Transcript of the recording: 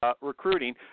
recruiting